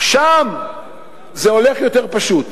שם זה הולך יותר פשוט.